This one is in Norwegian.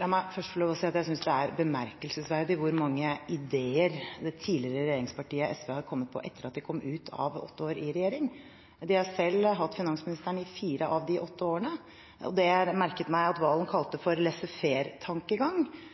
La meg først få lov til å si at jeg synes det er bemerkelsesverdig hvor mange ideer det tidligere regjeringspartiet SV har kommet på etter at de etter åtte år kom ut av regjering. De har selv hatt finansministeren i fire av de åtte årene, og det jeg merket meg at Serigstad Valen kalte